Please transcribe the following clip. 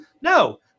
No